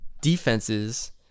defenses